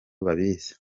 babizi